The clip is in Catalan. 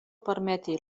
permeti